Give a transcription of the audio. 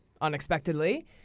unexpectedly